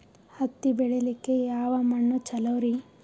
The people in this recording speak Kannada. ಹತ್ತಿ ಬೆಳಿಲಿಕ್ಕೆ ಯಾವ ಮಣ್ಣು ಚಲೋರಿ?